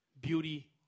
Beauty